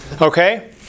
Okay